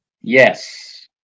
Yes